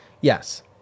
yes